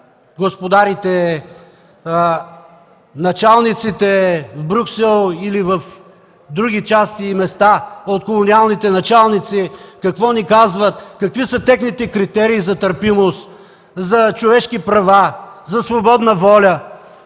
господарите, началниците в Брюксел или в други части и места от колониалните началници какво ни казват, какви са техните критерии за търпимост, за човешки права, за свободна воля.